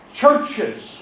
churches